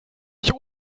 ich